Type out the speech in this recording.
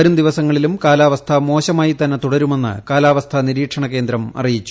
വരും ദിവസങ്ങളിലും കാലാവസ്ഥ മോശമായി തന്നെ തുടരുമെന്ന് കാലാവസ്ഥ നിരീക്ഷണ കേന്ദ്രം അറിയിച്ചു